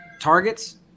targets